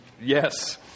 Yes